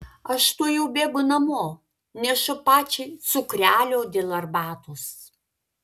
aš tuojau bėgu namo nešu pačiai cukrelio dėl arbatos